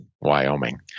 Wyoming